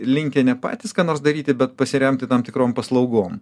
linkę ne patys ką nors daryti bet pasiremti tam tikrom paslaugom